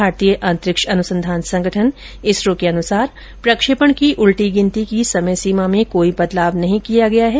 भारतीय अंतरिक्ष अनुसंधान संगठन इसरों के अनुसार प्रक्षेपण की उल्टी गिनती की समय सीमा में कोई बदलाव नहीं किया गया है